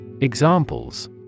Examples